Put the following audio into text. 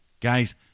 Guys